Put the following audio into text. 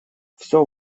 всё